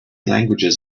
languages